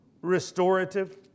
restorative